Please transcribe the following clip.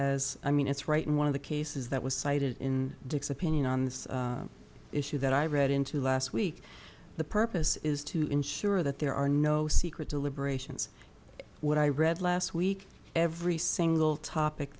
as i mean it's right in one of the cases that was cited in dick's opinion on this issue that i read into last week the purpose is to ensure that there are no secret to liberations what i read last week every single topic